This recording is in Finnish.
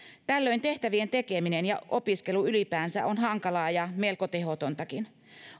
tällöin tehtävien tekeminen ja opiskelu ylipäänsä on hankalaa ja melko tehotontakin